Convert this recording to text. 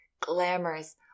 glamorous